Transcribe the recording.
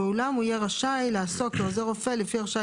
ואולם הוא יהיה רשאי לעסוק כעוזר רופא לפי הרשאה